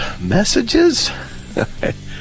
messages